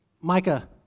micah